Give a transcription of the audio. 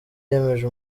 yemeje